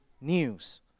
news